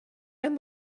and